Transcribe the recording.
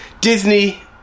Disney